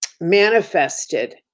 Manifested